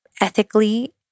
ethically